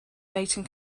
mating